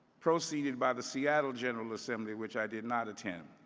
proceeded by the seattle general assembly, which i did not attend.